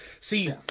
see